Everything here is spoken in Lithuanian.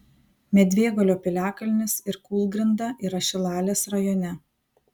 medvėgalio piliakalnis ir kūlgrinda yra šilalės rajone